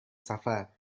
سفر